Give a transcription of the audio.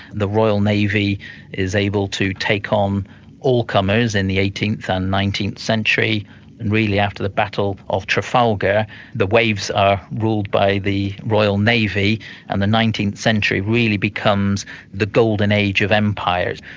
the royal navy is able to take on um all comers in the eighteenth ah and nineteenth century and really after the battle of trafalgar the waves are ruled by the royal navy and the nineteenth century really becomes the golden age of empire.